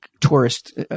tourist